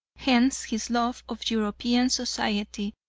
hence his love of european society,